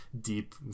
deep